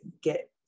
get